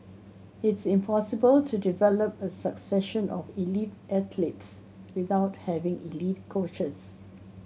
it's impossible to develop a succession of elite athletes without having elite coaches